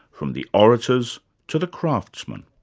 from the orators to the craftsmen.